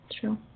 True